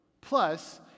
plus